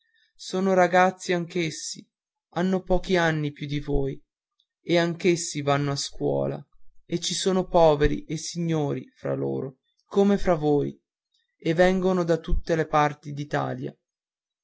sono ragazzi anch'essi hanno pochi anni più di voi e anch'essi vanno a scuola e ci sono poveri e signori fra loro come fra voi e vengono da tutte le parti